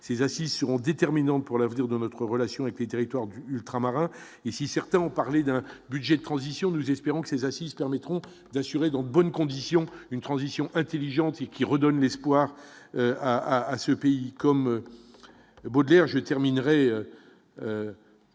ces assises seront déterminantes pour l'avenir de notre relation et territoires du ultramarins et si certains ont parlé d'un budget de transition, nous espérons que ces assises permettront d'assurer dans de bonnes conditions, une transition intelligente et qui redonne espoir à à ce pays comme Baudelaire, je terminerai